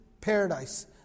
paradise